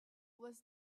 was